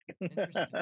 interesting